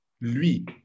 lui